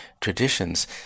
traditions